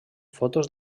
fotos